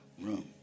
room